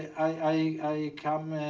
i come,